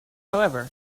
however